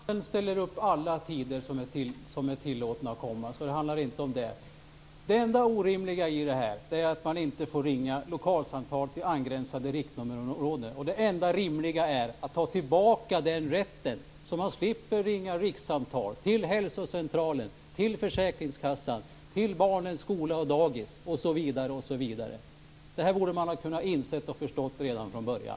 Herr talman! Interpellanten ställer upp alla tider som det är tillåtet att komma, så det handlar inte om det. Det enda orimliga i detta är att man inte får ringa lokalsamtal till angränsande riktnummerområden. Det enda rimliga är att ge tillbaks den rätten, så att man slipper ringa rikssamtal till hälsocentralen, försäkringskassan, barnens skola och dagis osv. Detta borde ni ha förstått redan från början.